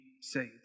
saved